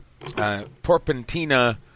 Porpentina